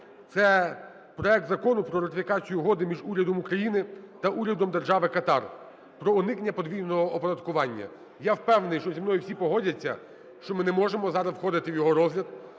Це проект Закону про ратифікацію Угоди між Урядом України та Урядом Держави Катар про уникнення подвійного оподаткування. Я впевнений, що зі мною всі погодяться, що ми не можемо зараз входити в його розгляд,